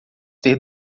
ter